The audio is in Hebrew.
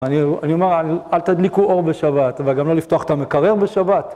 אני אומר, אל תדליקו אור בשבת, וגם לא לפתוח את המקרר בשבת?